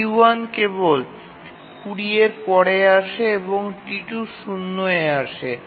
T1 কেবল ২০ পরে আসে এবং T2 0 এ আসে